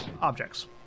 objects